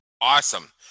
Awesome